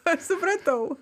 aš supratau